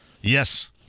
Yes